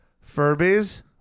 Furby's